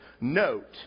Note